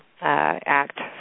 act